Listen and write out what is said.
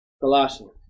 Colossians